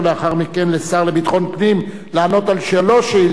לשר לביטחון פנים לענות על שלוש שאילתות דחופות.